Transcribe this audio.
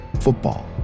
Football